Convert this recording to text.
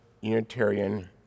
Unitarian